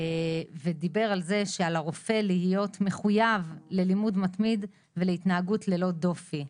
ודיבר על זה שעל הרופא להיות מחויב ללימוד מתמיד ולהתנהגות ללא דופי.